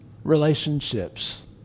relationships